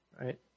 Right